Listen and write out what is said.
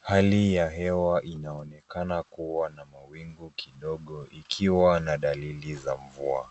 Hali ya hewa inaonekana kuwa na mawingu kidogo ikiwa na dalili za mvua.